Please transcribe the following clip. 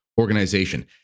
organization